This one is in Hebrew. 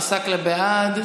עסאקלה בעד.